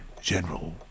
general